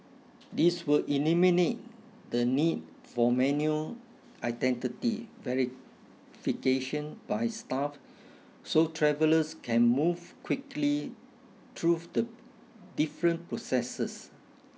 this will eliminate the need for manual identity verification by staff so travellers can move quickly through the different processes